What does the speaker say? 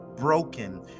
broken